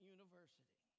University